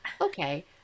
okay